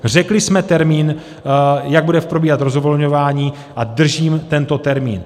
Řekli jsme termín, jak bude probíhat rozvolňování, a držím tento termín.